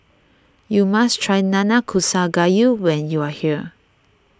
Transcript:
you must try Nanakusa Gayu when you are here